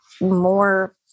more